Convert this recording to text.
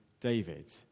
David